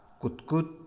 kutkut